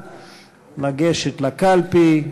לקלפי.